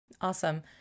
awesome